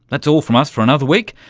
that's all from us for another week.